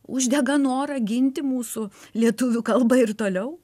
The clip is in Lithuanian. uždega norą ginti mūsų lietuvių kalbą ir toliau